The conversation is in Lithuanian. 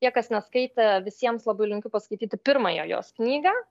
tie neskaitė visiems labai linkiu paskaityti pirmąją jos knygą